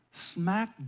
smack